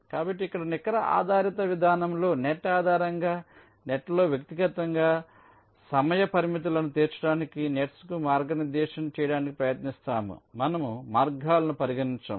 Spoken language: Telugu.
కాబట్టి ఇక్కడ నికర ఆధారిత విధానంలో నెట్ ఆధారంగా నెట్లో వ్యక్తిగతంగా సమయ పరిమితులను తీర్చడానికి నెట్స్ను మార్గనిర్దేశం చేయడానికి ప్రయత్నిస్తాము మనము మార్గాలను పరిగణించము